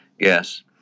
Yes